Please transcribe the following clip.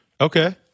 Okay